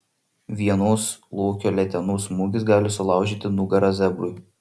vienos lokio letenos smūgis gali sulaužyti nugarą zebrui